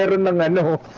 in the man you